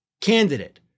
candidate